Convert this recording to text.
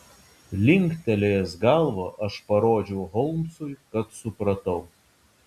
linktelėjęs galvą aš parodžiau holmsui kad supratau